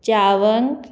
च्यावंत